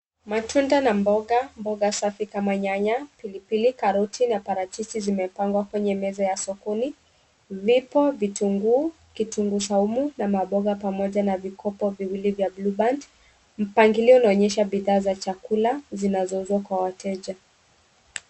Matunda na mboga, mboga safi kama nyanya, pilipili, caroti, parajiji zimepangwa kwenye meza ya sokoni, vipo vitunguu, kitunguu saumu na mapomba pamoja na vikopo viwili vya blue band mbangilio inaonyesha bidhaa za chakula zinazouswa kwa wateja.